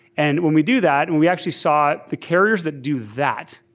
and when we do that and we actually saw the carriers that do that,